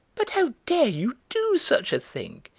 but how dare you do such a thing?